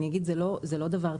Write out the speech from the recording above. אני אומר זה לא דבר טריביאלי.